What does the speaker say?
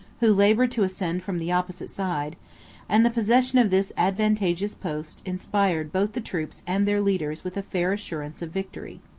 who labored to ascend from the opposite side and the possession of this advantageous post inspired both the troops and their leaders with a fair assurance of victory.